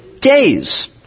days